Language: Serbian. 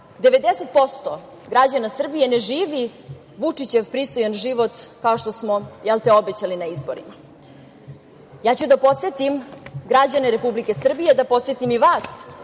90% građana Srbije ne živi Vučićev pristojan život, kao što smo obećali na izborima. Ja ću da podsetim građane Republike Srbije, da podsetim i vas